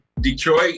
Detroit